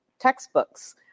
textbooks